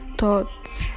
thoughts